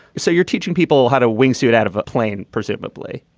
so you're teaching people how to wingsuit out of a plane, presumably?